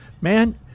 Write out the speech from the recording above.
Man